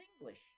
English